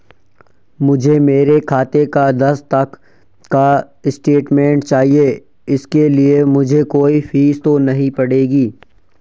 मुझे मेरे खाते का दस तक का स्टेटमेंट चाहिए इसके लिए मुझे कोई फीस तो नहीं पड़ेगी?